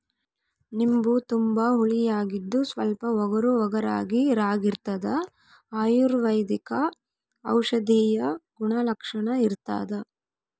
ನಿಂಬು ತುಂಬಾ ಹುಳಿಯಾಗಿದ್ದು ಸ್ವಲ್ಪ ಒಗರುಒಗರಾಗಿರಾಗಿರ್ತದ ಅಯುರ್ವೈದಿಕ ಔಷಧೀಯ ಗುಣಲಕ್ಷಣ ಇರ್ತಾದ